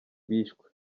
bishwe